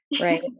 right